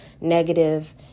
negative